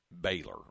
Baylor